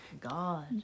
god